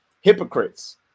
hypocrites